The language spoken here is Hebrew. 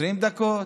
20 דקות,